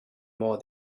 more